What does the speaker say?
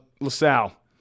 LaSalle